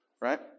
right